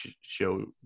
show